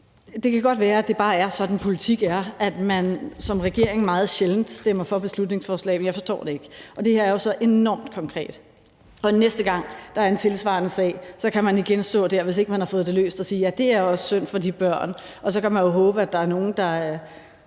Det kan godt være, at det bare er sådan, politik er, nemlig at man som regering meget sjældent stemmer for beslutningsforslag, men jeg forstår det ikke. Og det her er jo så enormt konkret. Næste gang der er en tilsvarende sag, kan man igen stå der, hvis ikke man har fået det løst, og sige, at det også er synd for de børn, og så kan man jo håbe, at der er nogen, der